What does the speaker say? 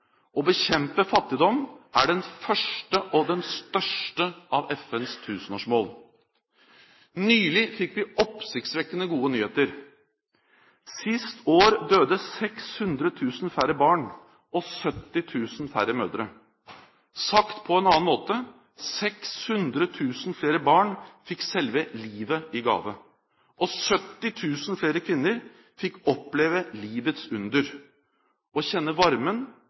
Å bekjempe fattigdom er det første og det største av FNs tusenårsmål. Nylig fikk vi oppsiktsvekkende gode nyheter. Sist år døde 600 000 færre barn og 70 000 færre mødre. Sagt på en annen måte: 600 000 flere barn fikk selve livet i gave, og 70 000 flere kvinner fikk oppleve livets under, å kjenne varmen